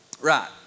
Right